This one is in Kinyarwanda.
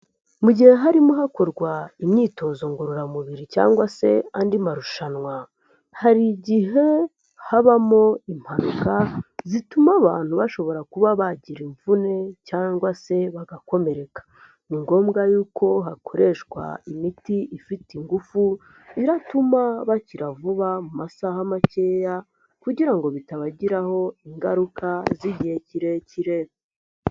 Mu gihe harimo hakorwa imyitozo ngororamubiri cyangwa se andi marushanwa, hari igihe habamo impanuka zituma abantu bashobora kuba bagira imvune, cyangwa se bagakomereka. Ni ngombwa y'uko hakoreshwa imiti ifite ingufu, iratuma bakira vuba mu masaha makeya, kugira ngo bitabagiraho ingaruka z'igihe kirekire.